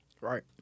Right